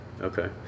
okay